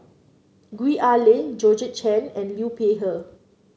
Gwee Ah Leng Georgette Chen and Liu Peihe